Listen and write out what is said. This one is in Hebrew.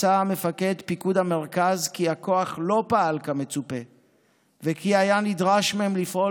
מצא מפקד פיקוד המרכז כי הכוח לא פעל כמצופה וכי היה נדרש מהם לפעול